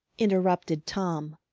interrupted tom,